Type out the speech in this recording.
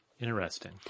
Interesting